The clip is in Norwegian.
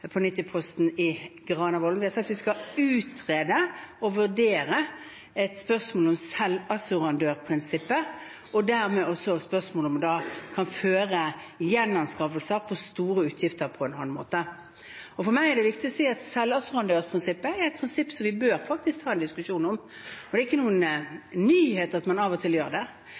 på 90-posten. Vi har sagt vi skal utrede og vurdere et spørsmål om selvassurandørprinsippet, og dermed også spørsmålet om en kan føre gjenanskaffelser med store utgifter på en annen måte. For meg er det viktig å si at selvassurandørprinsippet er et prinsipp som vi faktisk bør ta en diskusjon om. Og det er ikke noen nyhet at man av og til gjør det.